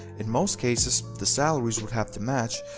in most cases the salaries would have to match,